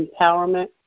empowerment